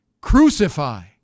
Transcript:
Crucify